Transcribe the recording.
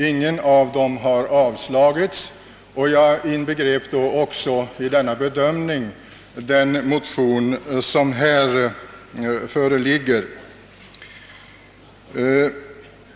Ingen av dem har avstyrkts. Jag inbegrep i denna bedöm ning då också den motion som här föreligger.